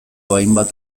hainbat